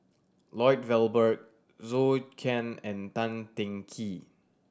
Lloyd Valberg Zhou Can and Tan Teng Kee